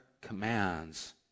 commands